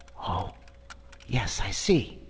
oh yes! i see,